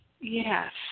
yes